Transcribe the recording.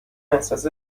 احساس